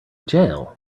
jail